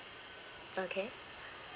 okay